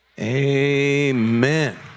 Amen